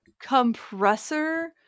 compressor